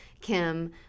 Kim